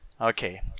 Okay